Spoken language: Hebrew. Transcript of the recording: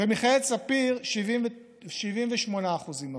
במכללת ספיר, 78% עברו.